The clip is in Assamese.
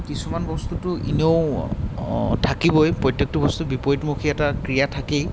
কিছুমান বস্তুটো এনেও থাকিবই প্ৰত্যেকটো বস্তু বিপৰীতমুখি এটা ক্ৰিয়া থাকেই